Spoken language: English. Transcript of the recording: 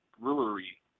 brewery